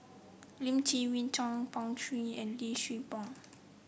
Lim Chwee Chian Pan Shou and Lee Siew Choh